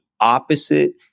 opposite